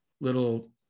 little